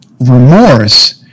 remorse